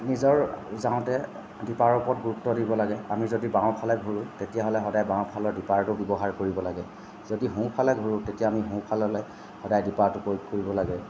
নিজৰ যাওঁতে দিপাৰৰ ওপৰত গুৰুত্ব দিব লাগে আমি যদি বাওঁফালে ঘূৰোঁ তেতিয়াহ'লে সদাই বাওঁফালৰ দিপাৰটো ব্যৱহাৰ কৰিব লাগে যদি আমি সোঁফাললৈ ঘূৰোঁ তেতিয়া আমি সোঁফাললৈ সদাই দিপাৰটো প্ৰয়োগ কৰিব লাগে